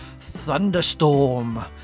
Thunderstorm